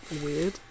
weird